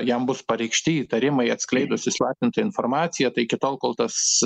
jam bus pareikšti įtarimai atskleidus įslaptintą informaciją tai iki tol kol tas